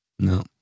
No